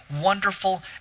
wonderful